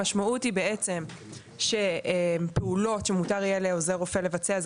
המשמעות היא שפעולות שמותר יהיה לעוזר רופא לבצע אלה